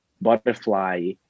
butterfly